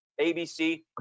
abc